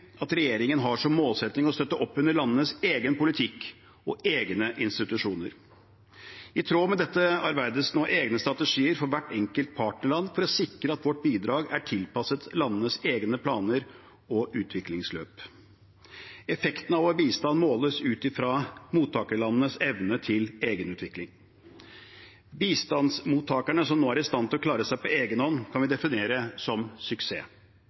at regjeringen har som målsetting å støtte opp under landenes egen politikk og egne institusjoner. I tråd med dette arbeides det nå med egne strategier for hvert enkelt partnerland for å sikre at vårt bidrag er tilpasset landenes egne planer og utviklingsløp. Effekten av vår bistand måles ut fra mottakerlandenes evne til egenutvikling. Bistandsmottakerne som nå er i stand til å klare seg på egen hånd, kan vi definere som en suksess.